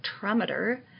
Spectrometer